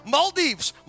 Maldives